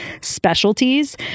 specialties